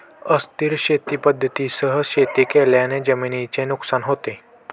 अस्थिर शेती पद्धतींसह शेती केल्याने जमिनीचे नुकसान होते